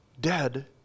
dead